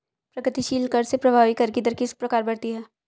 प्रगतिशील कर से प्रभावी कर की दर किस प्रकार बढ़ती है?